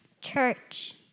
Church